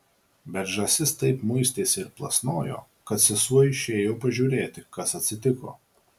bet žąsis taip muistėsi ir plasnojo kad sesuo išėjo pažiūrėti kas atsitiko